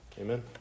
Amen